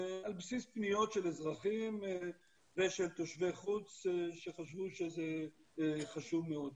על בסיס פניות של אזרחים ושל תושבי חוץ שחשבו שזה חשוב מאוד.